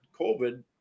COVID